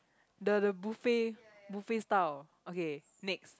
the the buffet buffet style okay next